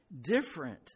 different